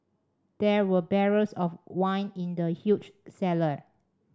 there were barrels of wine in the huge cellar